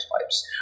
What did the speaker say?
pipes